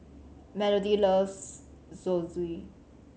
Melodie loves Zosui